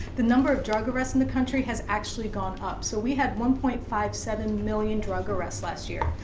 the number of drug arrests in the country has actually gone up, so we had one point five seven million drug arrests last year,